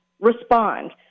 respond